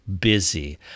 busy